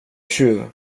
tjuv